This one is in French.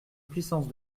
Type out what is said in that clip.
puissance